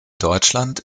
deutschland